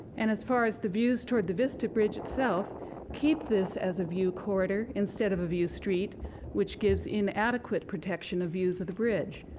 and as far as the views toward the vista bridge, keep this as a view corridor instead of a view street which gives inadequate presentation of views of the bridge.